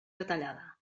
detallada